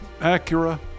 Acura